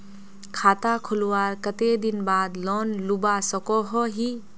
खाता खोलवार कते दिन बाद लोन लुबा सकोहो ही?